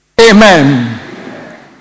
Amen